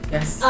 Yes